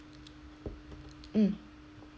mm